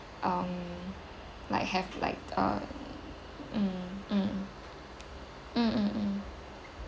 um like have like uh mm mm mm mm mm